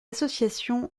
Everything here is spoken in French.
association